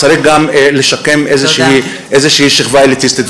וצריך גם לשקם איזושהי שכבה אליטיסטית.